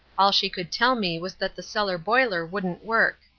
all she could tell me was that the cellar boiler wouldn't work.